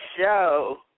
show